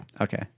Okay